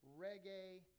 reggae